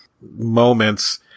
moments